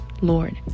lord